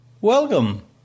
welcome